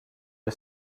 are